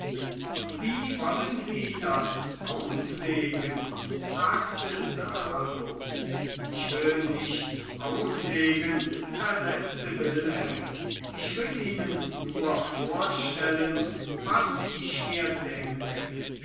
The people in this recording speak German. wie wollen sie das auslegen fragte serlo ich will nichts auslegen versetzte wilhelm ich will ihnen nur vorstellen was ich mir denke